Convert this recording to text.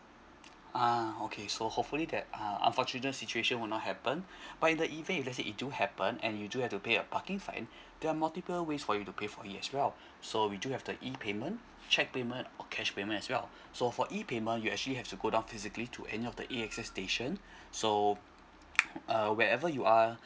ah okay so hopefully that uh unfortunate situation will not happen but in the event if let's say it do happen and you do have to pay a parking fine there are multiple ways for you to pay for it as well so we do have the e payment cheque payment or cash payment as well so for e payment you actually have to go down physically to any of the A_X_S station so uh wherever you are